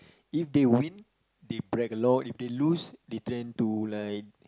if they win they brag a lot if they lose they tend to like